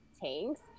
tanks